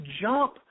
jump